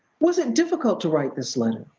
was it difficult to write this letter?